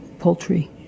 poultry